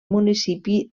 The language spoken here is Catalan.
municipi